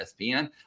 ESPN